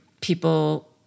people